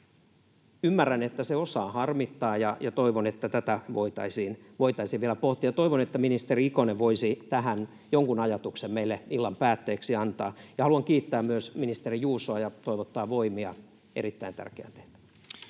Ymmärrän, että se osaa harmittaa, ja toivon, että tätä voitaisiin vielä pohtia. Toivon, että ministeri Ikonen voisi tähän jonkun ajatuksen meille illan päätteeksi antaa. Ja haluan kiittää myös ministeri Juusoa ja toivottaa voimia erittäin tärkeään tehtävään.